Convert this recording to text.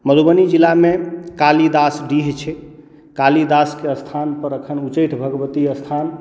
मधुबनी जिलामे कालिदास डीह छै कालिदासके स्थानपर एखन उच्चैठ भगवती स्थान